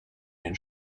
den